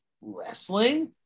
wrestling